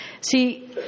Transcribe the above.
See